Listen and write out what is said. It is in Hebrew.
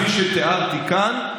כפי שתיארתי כאן,